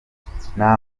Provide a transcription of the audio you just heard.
nta